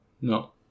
no